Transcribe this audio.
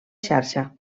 xarxa